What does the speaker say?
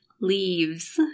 leaves